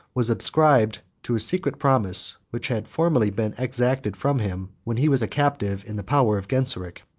was ascribed to a secret promise, which had formerly been exacted from him when he was a captive in the power of genseric.